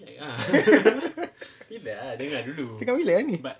cakap bila ni